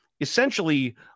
essentially